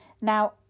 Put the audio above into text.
now